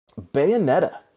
Bayonetta